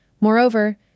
Moreover